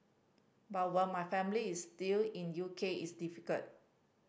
but while my family is still in U K it's difficult